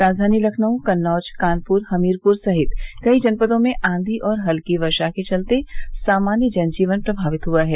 राजधानी लखनऊ कन्नौज कानपुर हमीरपुर सहित कई जनपदों में आंधी और हल्की वर्षा के चलते सामान्य जन जीवन प्रभावित हुआ है